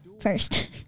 first